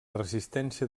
resistència